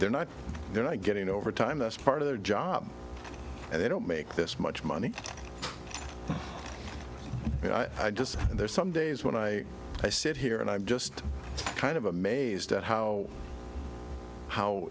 they're not they're not getting overtime that's part of their job and they don't make this much money i just there's some days when i i sit here and i'm just kind of amazed at how how